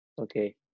Okay